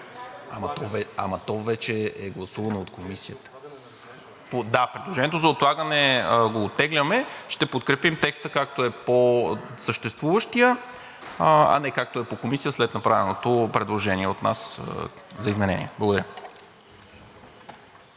представител Десислава Атанасова.) Да, предложението за отлагане го оттегляме. Ще подкрепим текста, както е съществуващият, а не както е по Комисия, след направеното предложение от нас за изменение. Благодаря.